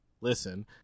listen